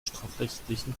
strafrechtlichen